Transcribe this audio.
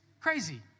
crazy